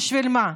בשביל מה?